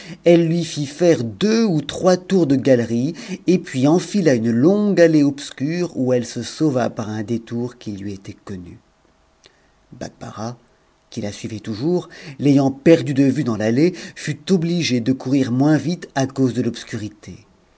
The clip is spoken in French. elle lui fit faire deux ou trois tours de galerie et puis enfila une longue allée obscure où elle se sauva par un détour qui lui était connu bakbarah qui la suivait toujours l'ayant perdue de vue dans l'allée fut obligé de courir moins vite à cause le l'obscurité